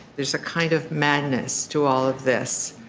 there's a kind of madness to all of this,